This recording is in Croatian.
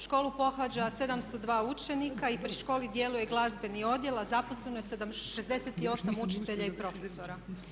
Školu pohađa 702 učenika i pri školi djeluje glazbeni odjel a zaposleno je 68 učitelja i profesora.